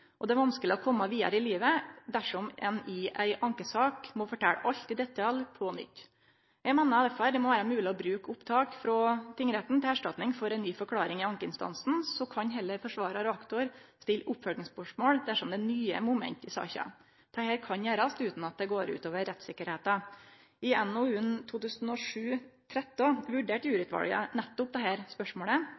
og det er vanskeleg å kome vidare i livet dersom ein i ei ankesak må fortelje alt i detalj på nytt. Eg meiner derfor at det må vere mogleg å bruke opptak frå tingretten til erstatning for ei ny forklaring i ankeinstansen. Så kan heller forsvarar og aktor stille oppfølgingsspørsmål dersom det er nye moment i saka. Dette kan gjerast utan at det går ut over rettssikkerheita. I NOU 2011:13 vurderte juryutvalet spørsmålet om det